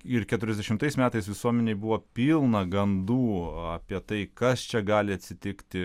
ir keturiasdešimtais metais visuomenėj buvo pilna gandų apie tai kas čia gali atsitikti